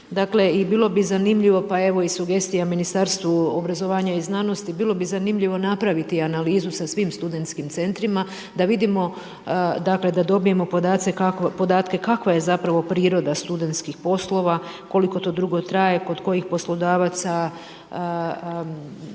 dakle i bilo bi zanimljivo, pa evo sugestija Ministarstvu obrazovanja i znanosti, bilo bi zanimljivo napraviti analizu sa svim SC-ima da vidimo, dakle da dobijemo podatke kakva je zapravo priroda studentskih poslova, koliko to dugo traje, kod kojih poslodavaca,